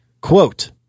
Quote